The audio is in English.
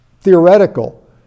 theoretical